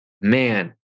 man